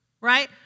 Right